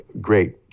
great